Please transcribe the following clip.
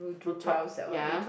blue tops ya